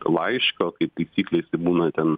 laiško kaip taisyklė jisai būna ten